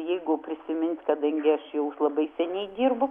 jeigu prisimins kadangi aš jau labai seniai dirbu